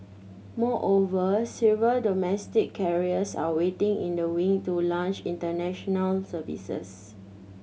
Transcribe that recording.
moreover several domestic carriers are waiting in the wing to launch international services